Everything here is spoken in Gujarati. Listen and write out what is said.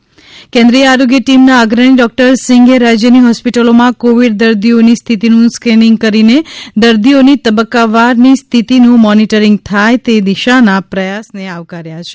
ે કેન્દ્રીય આરોગ્ય ટીમના અગ્રણી ડોકટર સીંઘે રાજયની હોસ્પિટલોમાં કોવીડ દર્દીઓની સ્થિતિનું સ્કેનીંગ કરીને દર્દીઓની તબકકાવારની સ્થિતિનું મોનીટરીંગ થાય તે દિશાના પ્રયાસને આવકાર્યા છે